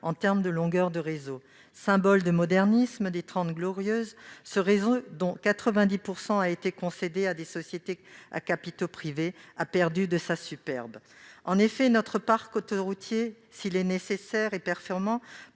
en termes de longueur du réseau. Symbole du modernisme des Trente Glorieuses, ce réseau, concédé à 90 % à des sociétés à capitaux privés, a perdu de sa superbe. En effet, notre parc autoroutier, s'il est nécessaire et performant